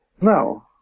No